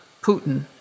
Putin